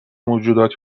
موجوداتی